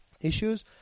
issues